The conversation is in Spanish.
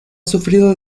sufrido